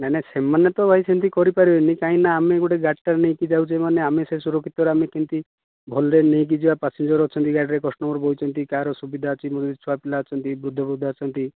ନାଇଁ ନାଇଁ ସେମାନେ ତ ଭାଇ ସେମିତି କରିପାରିବେନି କାହିଁକି ନା ଆମେ ଗୋଟେ ଗାଡ଼ି ଟେ ନେଇକି ଯାଉଛେ ମାନେ ଆମେ ସୁରକ୍ଷିତ ରେ କେମିତି ଭଲରେ ନେଇକି ଯିବା ପାସେଞ୍ଜର ଅଛନ୍ତି ଗାଡ଼ି ରେ କଷ୍ଟମର ବସିଛନ୍ତି କାହାର ସୁବିଧା ଛୁଆପିଲା ଅଛନ୍ତି ବୃଦ୍ଧ ବୃଦ୍ଧା ଅଛନ୍ତି